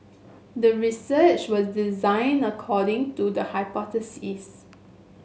the research was designed according to the hypothesis